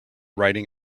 riding